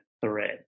thread